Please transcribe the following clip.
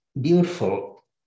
beautiful